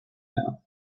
now